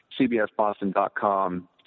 CBSBoston.com